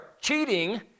cheating